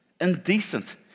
indecent